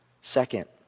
Second